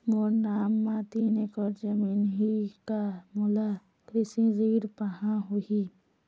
मोर नाम म तीन एकड़ जमीन ही का मोला कृषि ऋण पाहां होही?